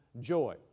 joy